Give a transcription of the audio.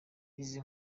izi